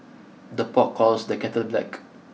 the pot calls the kettle black